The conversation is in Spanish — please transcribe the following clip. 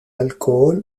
alcohol